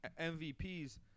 MVP's